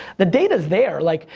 the data's there, like,